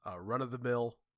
run-of-the-mill